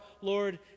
Lord